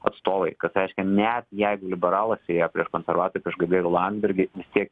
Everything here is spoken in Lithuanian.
atstovai kad reiškia net jeigu liberalas ėjo prieš konservatorių prieš gabrielių landsbergį tiek